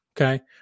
Okay